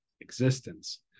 existence